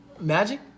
Magic